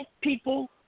people